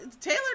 Taylor